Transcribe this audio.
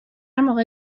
موقع